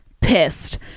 pissed